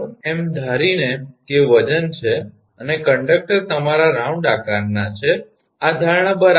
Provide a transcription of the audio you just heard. એમ ધારીને કે વજન છે અને કંડક્ટર તમારા રાઉન્ડ આકારના છે આ ધારણા બરાબર છે